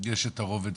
יש את הרובד,